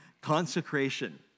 Consecration